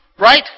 Right